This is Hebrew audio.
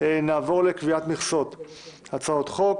המכרזים (תיקון מס' 24,